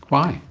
why?